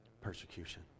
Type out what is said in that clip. Persecution